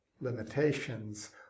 limitations